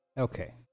Okay